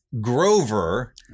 Grover